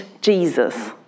Jesus